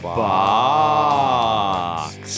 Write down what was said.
box